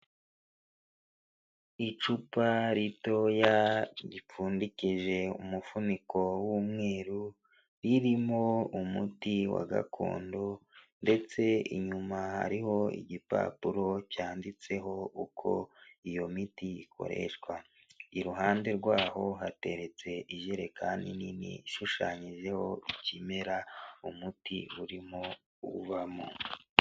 Icupa ritoya ripfundikije umufuniko w'umweru, ririmo umuti wa gakondo ndetse inyuma hariho igipapuro cyanditseho uko iyo miti ikoreshwa. Iruhande rwaho hateretse ijerekani nini ishushanyijeho ikimera umuti urimo uvamo.